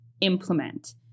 implement